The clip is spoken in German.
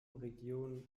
region